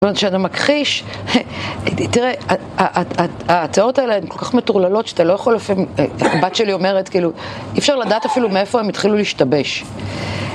זאת אומרת, כשאתה מכחיש, תראה, התיאוריות האלה הן כל כך מטורללות שאתה לא יכול לפעמים, הבת שלי אומרת, כאילו, אי אפשר לדעת אפילו מאיפה הם התחילו להשתבש.